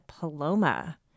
Paloma